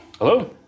Hello